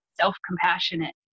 self-compassionate